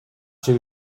too